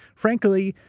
frankly,